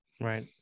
right